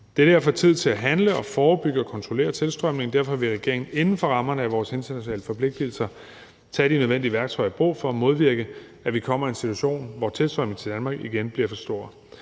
Det er derfor tid til at handle og forebygge og kontrollere tilstrømningen. Derfor vil regeringen inden for rammerne af vores internationale forpligtelser tage de nødvendige værktøjer i brug for at modvirke, at vi kommer i en situation, hvor tilstrømningen til Danmark igen bliver for stor.